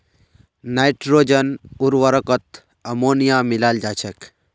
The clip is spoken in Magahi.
नाइट्रोजन उर्वरकत अमोनिया मिलाल जा छेक